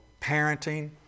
parenting